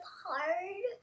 hard